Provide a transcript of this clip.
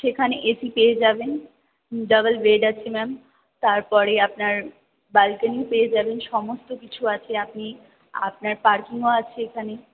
সেখানে A C পেয়ে যাবেন ডাবল বেড আছে ম্যাম তারপরে আপনার ব্যালকনি পেয়ে যাবেন সমস্ত কিছু আছে আপনি আপনার পার্কিংও আছে এখানে